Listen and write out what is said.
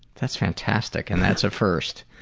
that's fantastic, and that's a first.